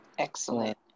Excellent